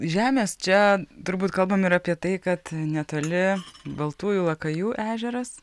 žemės čia turbūt kalbam ir apie tai kad netoli baltųjų lakajų ežeras